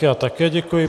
Já také děkuji.